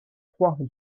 froid